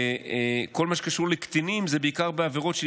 ובכל מה שקשור לקטינים זה בעיקר עבירות של